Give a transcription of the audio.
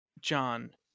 John